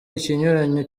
ikinyuranyo